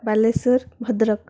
Balasore Bhadrak